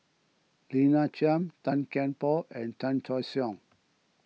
Lina Chiam Tan Kian Por and Chan Choy Siong